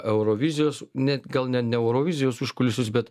eurovizijos net gal ne ne eurovizijos užkulisius bet